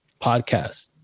podcast